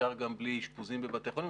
אפשר גם בלי אשפוזים בבתי חולים,